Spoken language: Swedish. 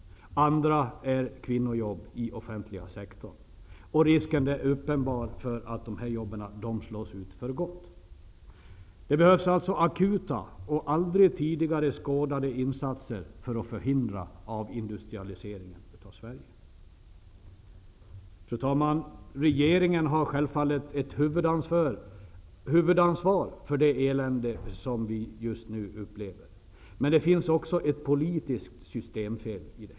Andra är kvinnojobb i offentliga sektorn. Risken är uppenbar att de försvinner för gott. Det behövs alltså akuta och aldrig tidigare skådade insatser för att förhindra avindustrialiseringen av Fru talman! Regeringen har självfallet ett huvudansvar för det elände vi just nu upplever -- men det finns också ett politiskt systemfel.